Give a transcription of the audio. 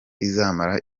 izamara